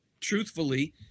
truthfully